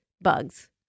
bugs